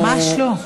ממש לא.